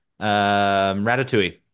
Ratatouille